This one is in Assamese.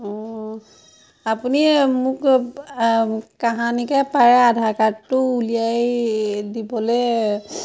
অঁ আপুনি মোক কাহানিকে পাৰে আধাৰ কাৰ্ডটো উলিয়াই দিবলৈ